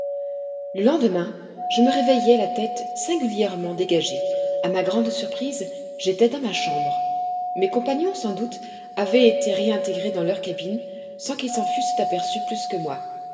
le lendemain je me réveillai la tête singulièrement dégagée a ma grande surprise j'étais dans ma chambre mes compagnons sans doute avaient été réintégrés dans leur cabine sans qu'ils s'en fussent aperçus plus que moi